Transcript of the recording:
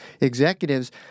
executives